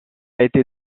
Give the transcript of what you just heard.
été